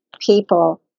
people